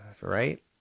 Right